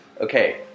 Okay